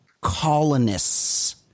colonists